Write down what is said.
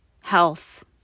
health